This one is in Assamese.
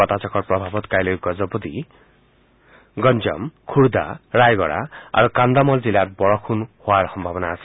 বতাহজাকৰ প্ৰভাৱত কাইলৈ গজপতি গঞ্জম খুৰ্দা ৰায়গড়া আৰু কান্ধামল জিলাত বৰষুণ হোৱাৰ সম্ভাৱনা আছে